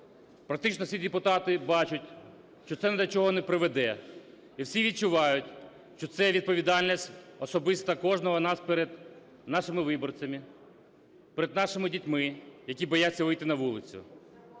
Практично всі депутати бачать, що це ні до чого не приведе, і всі відчувають, що це відповідальність особисто кожного з нас перед нашими виборцями, перед нашими дітьми, які бояться вийти на вулицю.